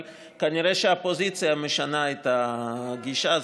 אבל כנראה שהפוזיציה משנה את הגישה.